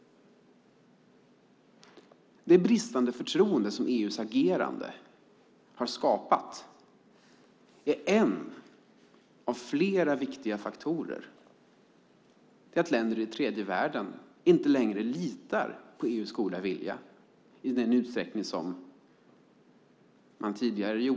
Det bristande förtroende som EU:s agerande har skapat är en av flera viktiga faktorer till att länder i tredje världen inte längre litar på EU:s goda vilja i samma utsträckning som tidigare.